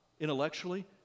intellectually